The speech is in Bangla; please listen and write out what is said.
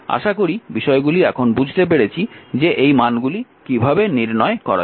আশা করি বিষয়গুলি এখন বুঝতে পেরেছি যে এই মানগুলি কীভাবে নির্ণয় করা যায়